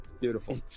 Beautiful